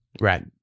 Right